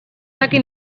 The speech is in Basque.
dakit